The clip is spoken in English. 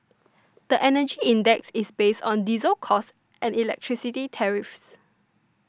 the Energy Index is based on diesel costs and electricity tariffs